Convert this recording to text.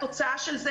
התוצאה היא,